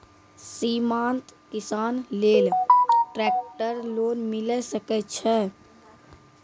सीमांत किसान लेल ट्रेक्टर लोन मिलै सकय छै?